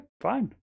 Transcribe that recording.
fine